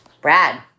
Brad